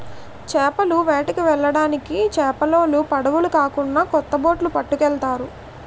చేపల వేటకి వెళ్ళడానికి చేపలోలు పడవులు కాకున్నా కొత్త బొట్లు పట్టుకెళ్తారు